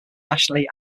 nationally